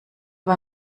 bei